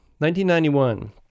1991